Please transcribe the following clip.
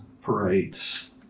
parades